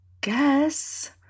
guess